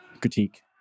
critique